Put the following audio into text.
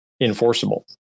enforceable